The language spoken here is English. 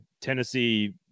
Tennessee